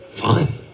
Fine